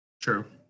True